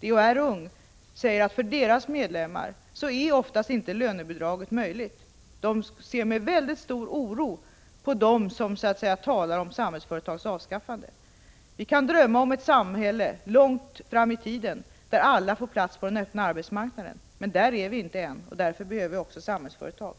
DHR Ung säger att lönebidraget oftast inte är möjligt att få för deras medlemmar och ser med väldigt stor oro på att det finns de som talar om Samhällsföretags avskaffande. Vi kan drömma om ett samhälle långt fram i tiden när alla får plats på den öppna arbetsmarknaden, men där är vi inte ännu. Därför behöver vi Samhällsföretag.